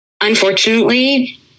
unfortunately